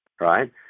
right